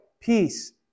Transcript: peace